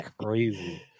Crazy